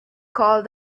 called